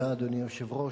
אדוני היושב-ראש,